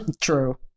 True